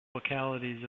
localities